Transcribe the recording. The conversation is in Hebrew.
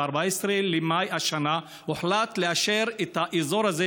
ב-14 במאי השנה הוחלט לאשר את האזור הזה,